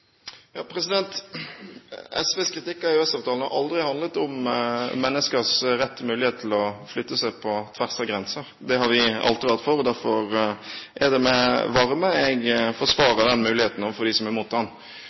SVs kritikk av EØS-avtalen har aldri handlet om menneskers rett og mulighet til å forflytte seg på tvers av grenser. Det har vi alltid vært for, og derfor er det med varme jeg forsvarer den muligheten overfor dem som er